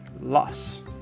loss